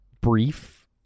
brief